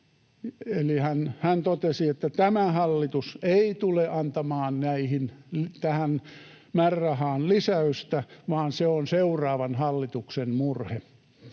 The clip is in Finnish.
Hän totesi, että tämä hallitus ei tule antamaan tähän määrärahaan lisäystä, vaan se on seuraavan hallituksen murhe,